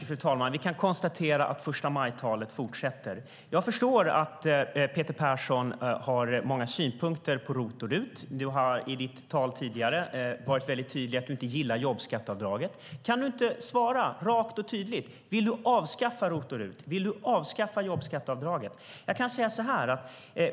Fru talman! Vi kan konstatera att förstamajtalet fortsätter. Jag förstår att du, Peter Persson, har många synpunkter på ROT och RUT-avdragen. I tidigare tal har du varit väldigt tydlig om att du inte gillar jobbskatteavdragen. Kan du inte rakt och tydligt svara på frågan om du vill avskaffa ROT och RUT-avdragen och om du vill avskaffa jobbskatteavdragen?